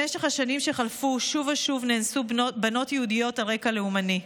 במשך השנים שחלפו נאנסו בנות יהודיות שוב ושוב על רקע לאומני.